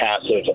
passive